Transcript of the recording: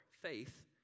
faith